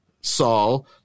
Saul